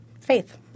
faith